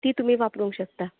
ती तुमी वापरूंक शकता